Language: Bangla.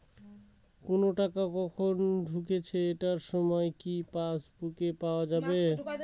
কোনো টাকা কখন ঢুকেছে এটার সময় কি পাসবুকে পাওয়া যাবে?